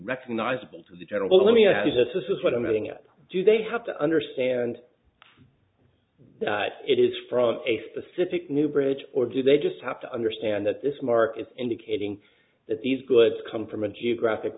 recognizable to the general let me ask you this is what i'm getting at do they have to understand that it is from a specific new bridge or do they just have to understand that this market is indicating that these goods come from a geographic